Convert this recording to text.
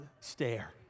stare